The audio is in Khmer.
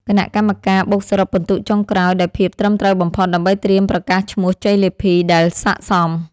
គណៈកម្មការបូកសរុបពិន្ទុចុងក្រោយដោយភាពត្រឹមត្រូវបំផុត ដើម្បីត្រៀមប្រកាសឈ្មោះជ័យលាភីដែលស័ក្តិសម។